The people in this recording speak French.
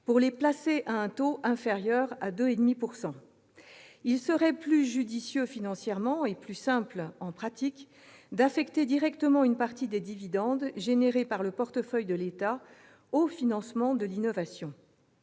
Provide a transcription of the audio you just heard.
pour les placer à un taux inférieur à 2,5 %. Il serait plus judicieux financièrement, et plus simple en pratique, d'affecter directement une partie des dividendes dégagés par le portefeuille de l'État au financement de l'innovation.